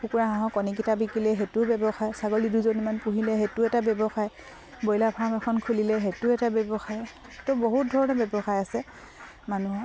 কুকুৰা হাঁহৰ কণীকিটা বিকিলে সেইটোও ব্যৱসায় ছাগলী দুজনীমান পুহিলে সেইটো এটা ব্যৱসায় ব্ৰইলাৰ ফাৰ্ম এখন খুলিলে সেইটো এটা ব্যৱসায় তো বহুত ধৰণৰ ব্যৱসায় আছে মানুহৰ